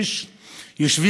כאשר אני נוסע בכבישי הנגב,